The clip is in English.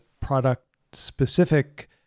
product-specific